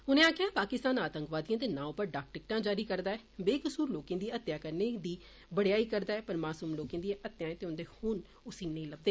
उने आक्खेआ पाकिस्तान आतंकवादिये दे नां उप्पर डाक टिकटां जारी करदा ऐ बेकसुर लोकें दी हत्या करने आले दी बडेयाई करदा ऐ पर मासूम लोकें दिए हत्याए ते उन्दा खून उसी नेई लबदा